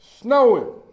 Snowing